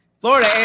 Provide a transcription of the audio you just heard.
Florida